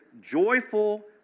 joyful